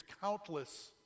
countless